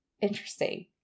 interesting